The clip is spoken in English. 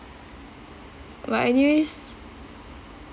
but anyways